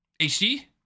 HD